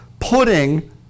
putting